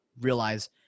realize